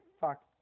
fuck